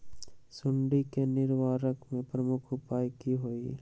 सुडी के निवारण के प्रमुख उपाय कि होइला?